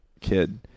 kid